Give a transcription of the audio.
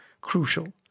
crucial